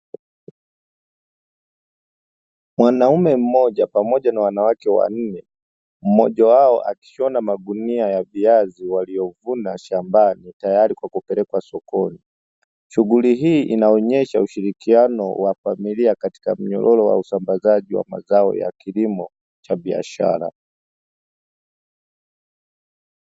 Mwanaume mmoja pamoja na wanawake wanne na mwanaume mmoja wameketi